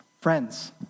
Friends